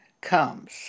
comes